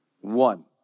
one